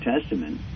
Testament